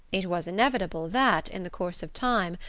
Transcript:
it was inevitable that, in the course of time,